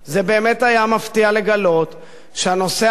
זה באמת היה מפתיע לגלות שהנושא הזה,